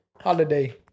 holiday